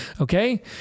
Okay